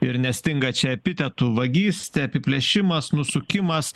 ir nestinga čia epitetų vagystė apiplėšimas nusukimas